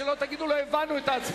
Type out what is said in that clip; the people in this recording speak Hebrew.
כדי שלא תגידו שלא הבנתם את ההצבעה.